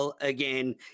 again